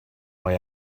way